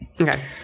Okay